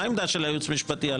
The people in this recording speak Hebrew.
מה העמדה של הייעוץ המשפטי?